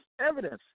evidence